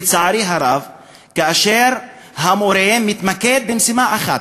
לצערי הרב המורה מתמקד במשימה אחת,